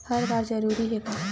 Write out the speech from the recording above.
हर बार जरूरी हे का?